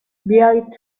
بیایید